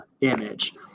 image